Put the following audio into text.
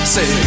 Say